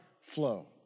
flow